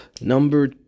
Number